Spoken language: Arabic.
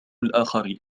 الآخرين